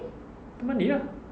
itu mandi ah